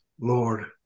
Lord